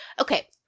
okay